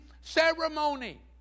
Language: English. ceremony